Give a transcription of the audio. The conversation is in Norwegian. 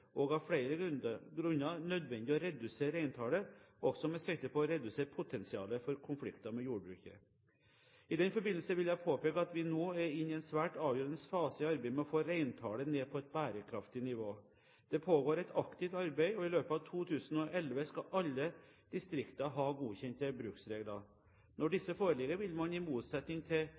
av disse områdene er det, også av flere grunner, nødvendig å redusere reintallet, også med sikte på å redusere potensialet for konflikter med jordbruket. I den forbindelse vil jeg påpeke at vi nå er inne i en svært avgjørende fase i arbeidet med å få reintallet ned på et bærekraftig nivå. Det pågår et aktivt arbeid, og i løpet av 2011 skal alle distrikter ha godkjente bruksregler. Når disse foreligger, vil man, i motsetning til